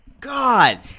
god